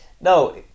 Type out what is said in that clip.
No